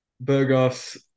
Burgos